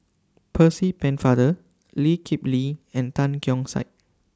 Percy Pennefather Lee Kip Lee and Tan Keong Saik